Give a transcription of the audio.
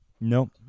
no